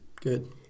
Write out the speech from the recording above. Good